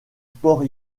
sports